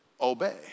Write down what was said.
Obey